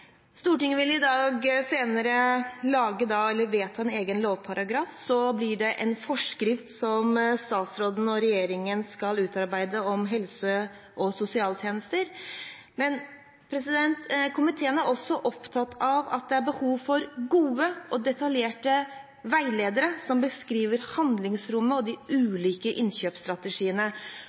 Stortinget vil senere i dag vedta en egen lovparagraf. Så blir det en forskrift som statsråden og regjeringen skal utarbeide om helse- og sosialtjenester. Men komiteen er også opptatt av at det er behov for gode og detaljerte veiledere som beskriver handlingsrommet og de ulike innkjøpsstrategiene.